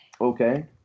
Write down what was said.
Okay